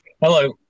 hello